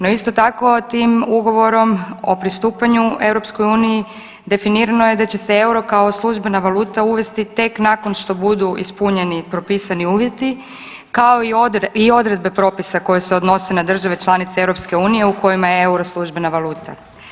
No, isto tako tim ugovorom o pristupanju EU-i definirano je da će se euro kao službena valuta uvesti tek nakon što budu ispunjeni propisani uvjeti, kao i, i odredbe propisa koje se odnose na države članice EU, u kojima je euro službena valuta.